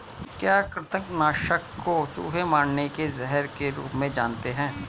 क्या कृतंक नाशक को चूहे मारने के जहर के रूप में जानते हैं?